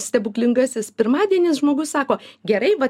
stebuklingasis pirmadienis žmogus sako gerai va